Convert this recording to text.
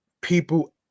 people